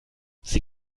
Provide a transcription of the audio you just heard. sie